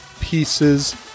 pieces